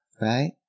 right